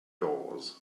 doors